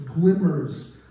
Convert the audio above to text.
glimmers